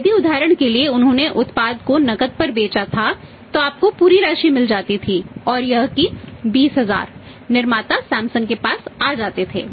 यदि उदाहरण के लिए उन्होंने उत्पाद को नकद पर बेचा था तो आपको पूरी राशि मिल जाती थी और यह कि 20000 निर्माता सैमसंग के पास आ जाते थे